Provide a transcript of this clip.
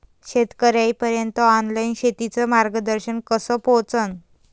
शेतकर्याइपर्यंत ऑनलाईन शेतीचं मार्गदर्शन कस पोहोचन?